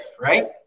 right